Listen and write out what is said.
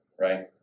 right